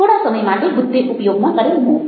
થોડા સમય માટે બુદ્ધે ઉપયોગ કરેલ મૌન